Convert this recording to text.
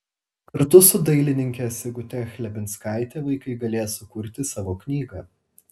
kartu su dailininke sigute chlebinskaite vaikai galės sukurti savo knygą